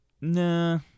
Nah